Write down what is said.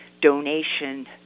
donation